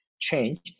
change